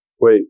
Wait